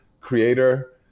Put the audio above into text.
creator